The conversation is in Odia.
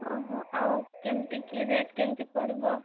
ଓହୋ ଆଉ କେମିତି କି ରେଟ୍ କେମିତି ପଡ଼ିବ